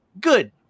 good